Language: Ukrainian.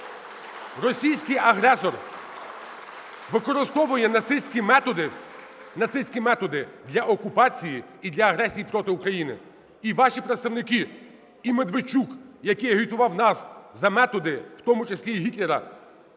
Російський агресор використовує нацистські методі, нацистські методи, для окупації і для агресії проти України. І ваші представники і Медведчук, який агітував нас за методи, в тому числі і Гітлера,